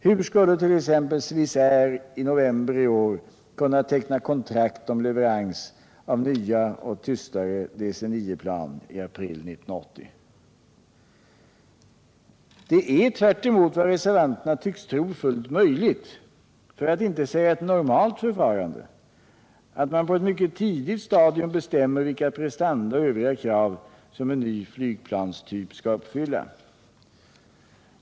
Hur skulle t.ex. Swissair i november i år ha kunnat teckna Det är tvärtemot vad reservanterna tycks tro fullt möjligt — för att inte säga ett normalt förfarande — att man på ett mycket tidigt stadium bestämmer vilka prestanda och övriga krav som en ny flygplanstyp skall uppfylla.